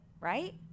right